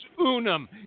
unum